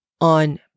on